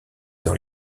dans